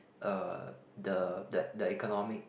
uh the the economic